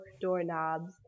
doorknobs